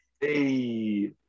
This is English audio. hey